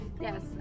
Yes